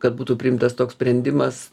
kad būtų priimtas toks sprendimas